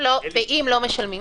ואם לא משלמים?